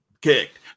kicked